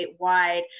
statewide